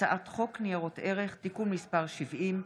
הצעת חוק ניירות ערך (תיקון מס' 70),